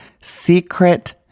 secret